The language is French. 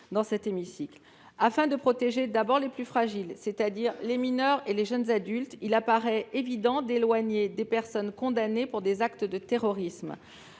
dans cet hémicycle. Afin de protéger d'abord les plus fragiles, c'est-à-dire les mineurs et les jeunes adultes, il apparaît évident d'éloigner les personnes condamnées pour des actes de terrorisme.